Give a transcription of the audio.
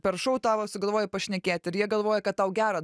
per šou tavo sugalvojo pašnekėti ir jie galvoja kad tau gerą